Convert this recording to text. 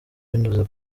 binyuze